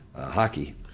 hockey